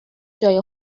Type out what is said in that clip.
جای